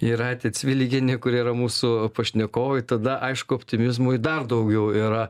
jūratė cvilikienė kurie yra mūsų pašnekovai tada aišku optimizmui dar daugiau yra